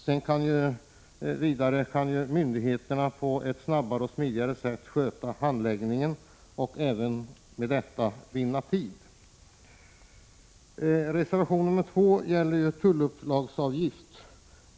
Vidare kan myndigheterna på ett snabbare och smidigare sätt sköta handläggningen och även med detta vinna tid. Reservation 2 gäller tullupplagsavgiften.